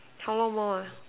how long more ah